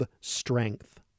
strength